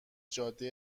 جاده